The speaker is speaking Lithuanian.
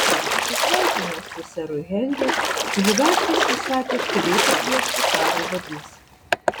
atsisveikinęs su seru henriu kunigaikštis įsakė skubiai pakviesti karo vadus